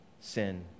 sin